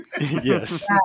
Yes